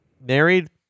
married